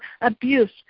abuse